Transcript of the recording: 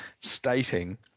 stating